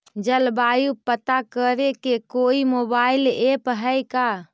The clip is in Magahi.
जलवायु पता करे के कोइ मोबाईल ऐप है का?